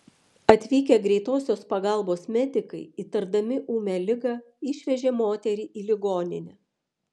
atvykę greitosios pagalbos medikai įtardami ūmią ligą išvežė moterį į ligoninę